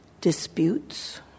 disputes